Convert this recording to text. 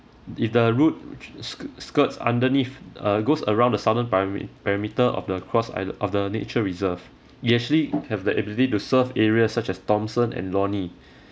if the route which skirts underneath uh goes around the southern primary perimeter of the cross either of the nature reserve it actually have the ability to serve areas such as thomson and lornie